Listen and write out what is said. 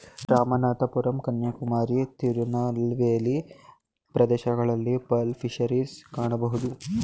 ರಾಮನಾಥಪುರಂ ಕನ್ಯಾಕುಮಾರಿ, ತಿರುನಲ್ವೇಲಿ ಪ್ರದೇಶಗಳಲ್ಲಿ pearl fisheries ಕಾಣಬೋದು